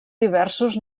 diversos